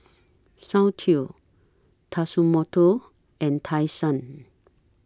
Soundteoh Tatsumoto and Tai Sun